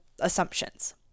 assumptions